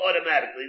automatically